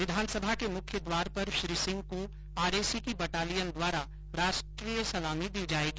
विधानसभा के मुख्य द्वार पर श्री सिंह को आरएसी बटालियन द्वारा राष्ट्रीय सलामी दी जायेगी